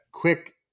quick